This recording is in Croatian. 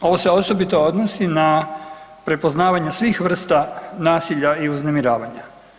Ovo se osobito odnosi na prepoznavanje svih vrsta nasilja i uznemiravanja.